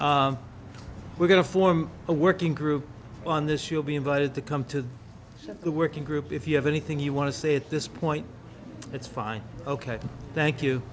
we're going to form a working group on this you'll be invited to come to the working group if you have anything you want to say at this point it's fine ok thank you